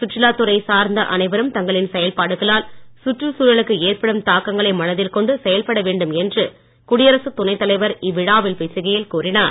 சுற்றுலா துறை சார்ந்த அனைவரும் தங்களின் செயல்பாடுகளால் சுற்றுச்சூழலுக்கு ஏற்படும் தாக்கங்களை மனதில் கொண்டு செயல்பட வேண்டும் என்று குடியரசுத் துணைத் தலைவர் இவ்விழாவில் பேசுகையில் கூறினார்